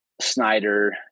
Snyder